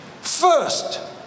first